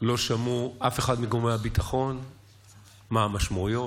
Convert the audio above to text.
לא שמעו אף אחד מגורמי הביטחון לגבי מהן המשמעויות.